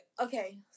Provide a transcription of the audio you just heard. okay